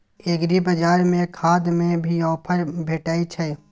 एग्रीबाजार में खाद में भी ऑफर भेटय छैय?